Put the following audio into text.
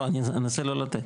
לא, אני אנסה לא לתת.